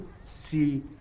see